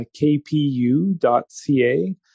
kpu.ca